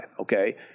okay